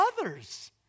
others